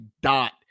dot